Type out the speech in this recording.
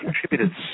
contributed